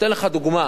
אני אתן לך דוגמה: